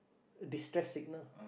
distress signal